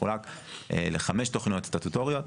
מחולקת לחמש תכניות סטטוטוריות.